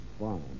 fine